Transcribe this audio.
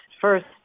first